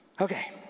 Okay